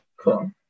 Cool